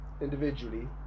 individually